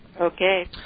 Okay